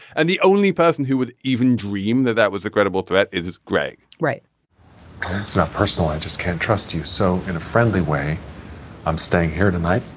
and the only person who would even dream that that was a credible threat is is greg right it's not personal i just can't trust you. so in a friendly way i'm staying here tonight.